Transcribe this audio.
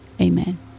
amen